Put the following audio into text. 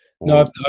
no